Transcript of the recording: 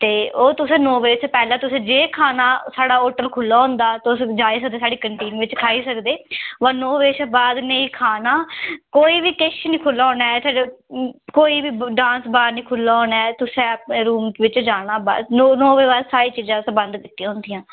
ते ओह् तुस नौ बजे दा पैह्ले तुस जे खाना साढ़ा होटल खुल्ला होंदा तुस जाई सकदे साढ़ी कैन्टीन बिच्च खाई सकदे पर नौ बजे शां बाद नेईं खाना कोई बी केश नी खुल्ला होना इत्थै कोई बी डांसबार नी खुल्ला होना तुस अपने रूम बिच्च जाना बस नौ बजे बाद असें सारी चीजां बंद कीतियां होंदियां